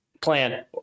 plan